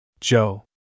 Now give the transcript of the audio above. Joe